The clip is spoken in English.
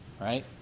right